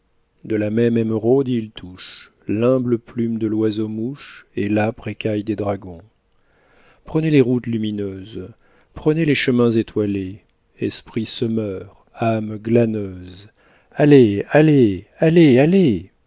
de la même émeraude il touche l'humble plume de loiseau mouche et l'âpre écaille des dragons prenez les routes lumineuses prenez les chemins étoilés esprits semeurs âmes glaneuses allez allez allez allez